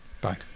Bye